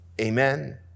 amen